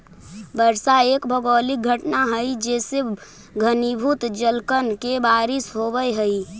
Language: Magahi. वर्षा एक भौगोलिक घटना हई जेसे घनीभूत जलकण के बारिश होवऽ हई